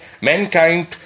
mankind